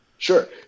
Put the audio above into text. Sure